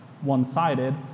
one-sided